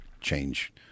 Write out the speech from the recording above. change